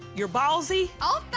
you're ballsy. oh,